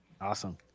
Awesome